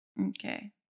Okay